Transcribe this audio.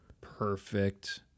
perfect